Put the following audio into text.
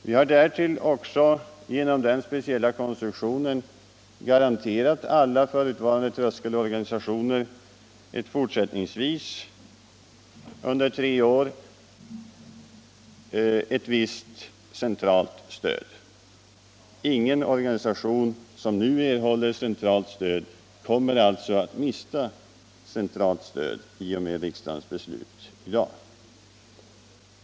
Vi har därtill genom den speciella konstruktionen garanterat alla förutvarande tröskelorganisationer ett visst centralt stöd fortsättningsvis under tre år. Ingen organisation som nu erhåller centralt stöd kommer alltså att mista det i och med riksdagens beslut i dag.